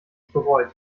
bereut